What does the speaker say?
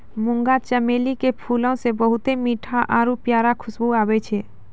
मुंगा चमेली के फूलो से बहुते मीठो आरु प्यारा खुशबु आबै छै